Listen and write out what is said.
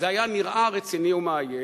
זה נראה רציני ומאיים,